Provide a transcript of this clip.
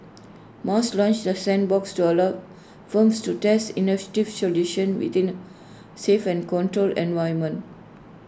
mas launched the sandbox to allow firms to test solutions within safe and controlled environment